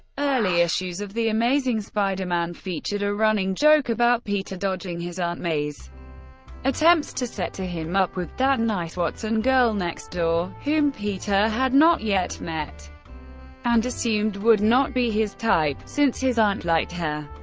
early issues of the amazing spider-man featured a running joke about peter dodging his aunt may's attempts to set him up with that nice watson girl next door, whom peter had not yet met and assumed would not be his type, since his aunt liked her.